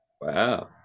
wow